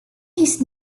his